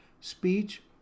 speech